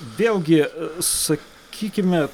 vėlgi sakykime